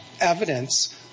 evidence